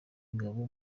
ingabo